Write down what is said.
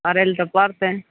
करैलए तऽ पड़तै